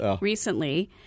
recently